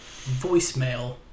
voicemail